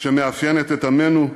שמאפיינת את עמנו,